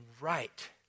right